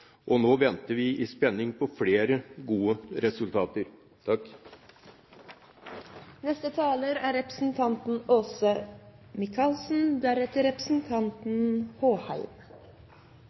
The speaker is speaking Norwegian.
og nå venter vi i spenning på flere gode resultater. I denne debatten er